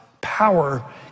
power